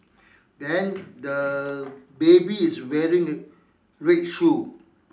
then the baby is wearing red shoe